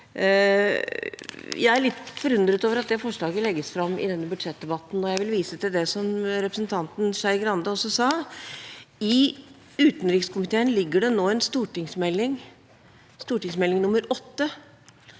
Jeg er litt forundret over at dette forslaget legges fram i denne budsjettdebatten, og jeg vil vise til det som representanten Skei Grande også sa, at i utenrikskomiteen ligger det nå en stortingsmelding – Meld. St.